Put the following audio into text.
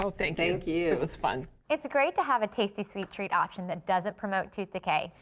so thank thank you it was fun. it's great to have a tasty sweet treat option that doesn't promote tooth decay.